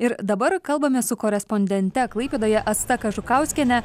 ir dabar kalbame su korespondente klaipėdoje asta kažukauskiene